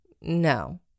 No